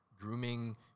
grooming